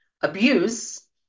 abuse